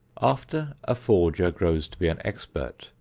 after a forger grows to be an expert,